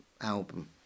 album